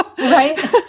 right